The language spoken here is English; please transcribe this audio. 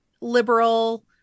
liberal